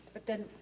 but then,